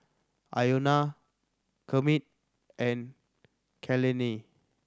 Iona Kermit and Kaylene